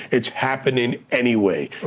it's happening anyway.